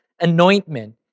anointment